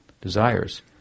desires